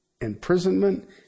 imprisonment